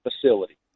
facility